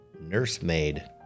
nursemaid